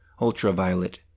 Ultraviolet